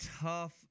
tough